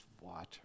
water